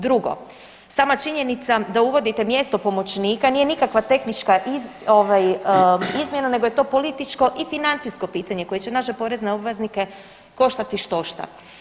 Drugo, sama činjenica da uvodite mjesto pomoćnika nije nikakva tehnička ovaj izmjena nego je to političko i financijsko pitanje koje će naše porezne obveznike koštati štošta.